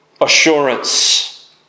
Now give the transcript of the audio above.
Assurance